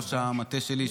ראש המטה שלי,